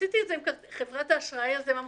עשיתי את זה עם חברת האשראי והם אמרו,